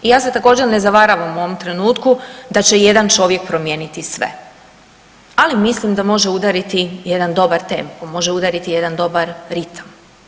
I ja se također ne zavaravam u ovom trenutku da će jedan čovjek promijeniti sve, ali mislim da može udariti jedan dobar tempom, može udariti jedan dobar ritam.